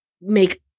make